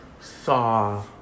saw